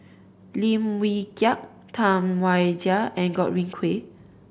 Lim Wee Kiak Tam Wai Jia and Godwin Koay